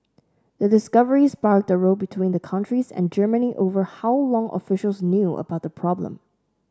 the discovery sparked a row between the countries and Germany over how long officials knew about the problem